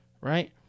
right